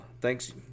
thanks